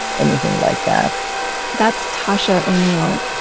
anything like that that's tasha o'neill.